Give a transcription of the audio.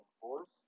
force